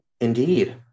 Indeed